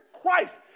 Christ